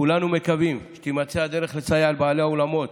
כולנו מקווים שתימצא הדרך לסייע לבעלי האולמות